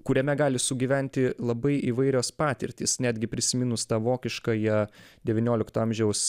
kuriame gali sugyventi labai įvairios patirtys netgi prisiminus tą vokiškąją devyniolikto amžiaus